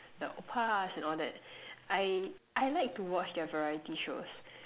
the oppas and all that I I like to watch their variety shows